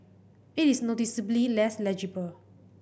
it is noticeably less legible